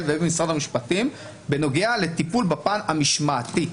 ובמשרד המשפטים בנוגע לטיפול בפן המשמעתי.